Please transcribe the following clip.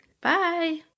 Bye